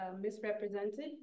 misrepresented